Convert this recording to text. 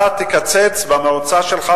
אתה תקצץ במועצה שלך,